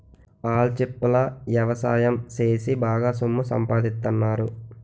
ఆల్చిప్పల ఎవసాయం సేసి బాగా సొమ్ము సంపాదిత్తన్నారు